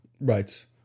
Right